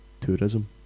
Tourism